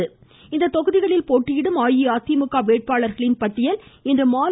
இதனிடையே இத்தொகுதிகளில் போட்டியிடும் அஇஅதிமுக வேட்பாளர்களின் பட்டியல் மாலை